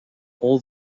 all